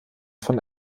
von